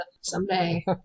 someday